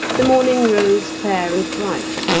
the morning rose fair and bright,